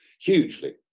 hugely